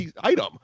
item